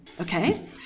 Okay